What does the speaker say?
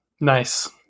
Nice